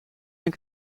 zijn